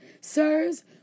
Sirs